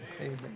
Amen